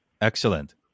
Excellent